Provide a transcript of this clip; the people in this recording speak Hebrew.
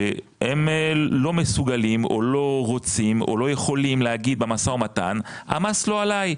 שהם לא מסוגלים או לא רוצים או לא יכולים להגיד במשא ומתן שהמס לא עלי.